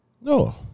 No